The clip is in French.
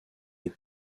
est